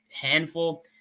handful